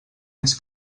més